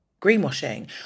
greenwashing